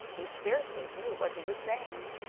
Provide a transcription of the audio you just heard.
he scarcely knew what he was saying,